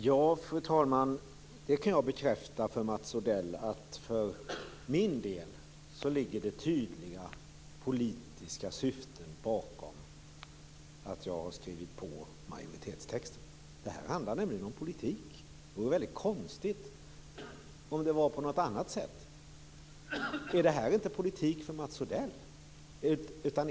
Fru talman! Jag kan bekräfta för Mats Odell att för min del ligger det tydliga politiska syften bakom att jag har skrivit under majoritetstexten. Det här handlar nämligen om politik. Det vore väldigt konstigt om det var på något annat sätt. Är inte detta politik för Mats Odell?